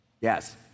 Yes